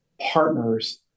partners